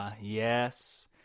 Yes